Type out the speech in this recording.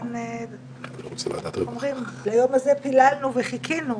אכן ליום הזה פיללנו וחיכינו.